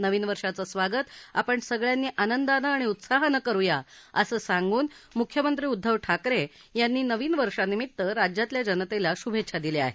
नवीन वर्षाचं स्वागत आपण सगळ्यांनी आनंदाने आणि उत्साहानं करुया असं सांगून मुख्यमंत्री उद्दव ठाकरे यांनी नवीन वर्षानिमित्त राज्यातील जनतेला शूभेच्छा दिल्या आहेत